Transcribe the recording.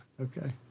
okay